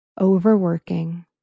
overworking